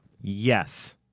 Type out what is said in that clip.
Yes